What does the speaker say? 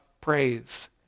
praise